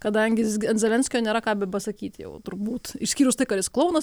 kadangi visgi ant zelenskio nėra ką bepasakyt jau turbūt išskyrus tai kad jis klounas